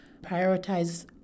prioritize